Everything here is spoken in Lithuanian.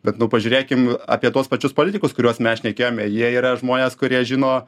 bet nu pažiūrėkim apie tuos pačius politikus kuriuos mes šnekėjome jie yra žmonės kurie žino